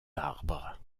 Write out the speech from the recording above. arbres